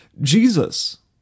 Jesus